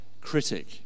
critic